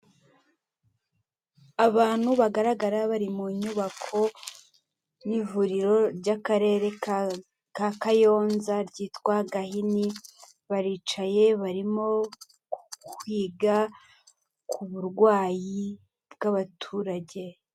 Abantu bagaragara bari mu nyubako y'ivuriro ry'akarere ka Kayonza ryitwa Gahini, baricaye barimo kwiga ku burwayi bw'abaturage.